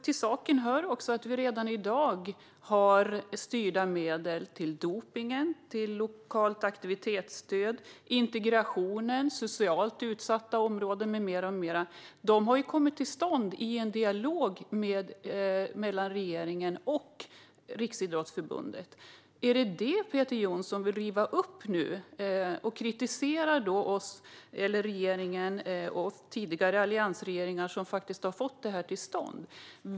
Till saken hör också att vi redan i dag har styrda medel till arbete mot dopning, till lokalt aktivitetsstöd, integrationen, socialt utsatta områden med mera. De har kommit till stånd i en dialog mellan regeringen och Riksidrottsförbundet. Vill Peter Johnsson riva upp det här nu och kritisera tidigare alliansregeringar som faktiskt har fått det här till stånd?